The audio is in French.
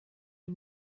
est